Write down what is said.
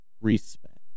respect